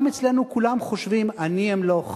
גם אצלנו כולם חושבים: אני אמלוך.